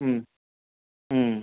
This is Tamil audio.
ம் ம்